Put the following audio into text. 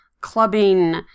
clubbing